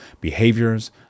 behaviors